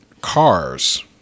cars